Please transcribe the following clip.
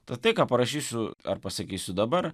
tad tai ką parašysiu ar pasakysiu dabar